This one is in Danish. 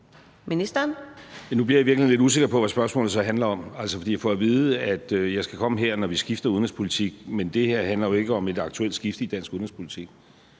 Rasmussen): Nu bliver jeg i virkeligheden lidt usikker på, hvad spørgsmålet så handler om. For jeg får at vide, at jeg skal komme her, når vi skifter udenrigspolitik, men det her handler jo ikke om et aktuelt skifte i dansk udenrigspolitik.